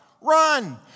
Run